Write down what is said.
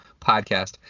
podcast